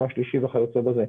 מה שלישי וכיוצא בזה.